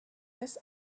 this